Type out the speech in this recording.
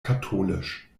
katholisch